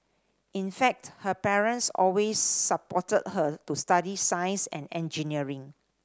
in fact her parents always supported her to study science and engineering